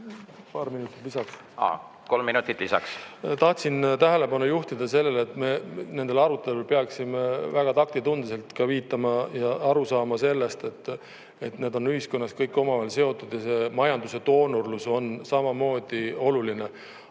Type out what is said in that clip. Tahtsin tähelepanu juhtida sellele, et nendel aruteludel peaksime väga taktitundeliselt viitama ja arusaama sellest, et need on ühiskonnas kõik omavahel seotud ja see majanduse doonorlus on samamoodi oluline.